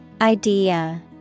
Idea